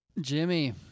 Jimmy